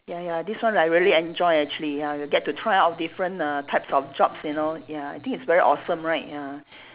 ya ya this one like really enjoy actually ya you get to try out different err types of jobs you know ya I think it's very awesome right ya